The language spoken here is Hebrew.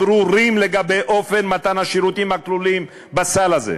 ברורות לגבי אופן מתן השירותים הכלולים בסל הזה.